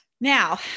Now